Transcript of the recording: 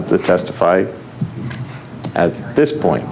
up to testify at this point